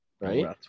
Right